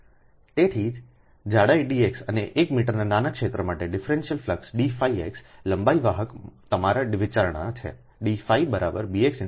તેથી તેથી જ જાડાઈ dx અને 1 મીટરના નાના ક્ષેત્ર માટેડિફરન્સલફ્લક્સdφx લંબાઈ વાહક તમારા વિચારણા છેdφ Bx